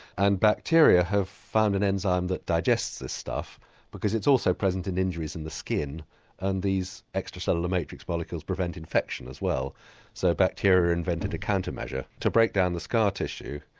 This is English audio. and bacteria have found an enzyme that digests this stuff because it's also present in injuries in the skin and these extracellular matrix molecules prevent infection as well so bacteria invented a counter-measure to break down the scar tissue.